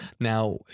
now